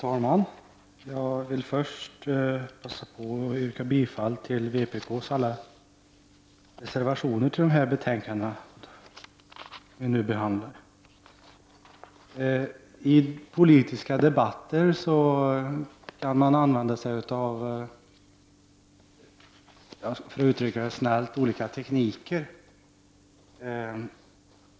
Fru talman! Jag vill först passa på att yrka bifall till vpk:s alla reservationer till de betänkanden som vi nu behandlar. I politiska debatter kan man använda sig av, om jag skall uttrycka mig snällt, olika tekniker.